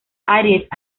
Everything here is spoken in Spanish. aries